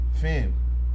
fam